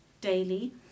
daily